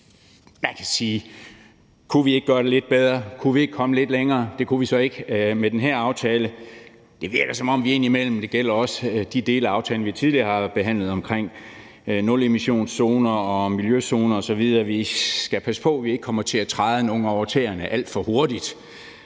Man kan sige: Kunne vi ikke gøre det lidt bedre? Kunne vi ikke komme lidt længere? Det kunne vi så ikke med den her aftale. Det virker, som om vi indimellem – det gælder også de dele af aftalen, vi tidligere har behandlet, om nulemissionszoner og miljøzoner osv. – skal passe på, at vi ikke kommer til at træde nogen over tæerne alt for hurtigt.